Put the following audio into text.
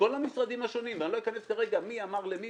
בכל המשרדים השונים ולא אכנס כרגע למי אמר למי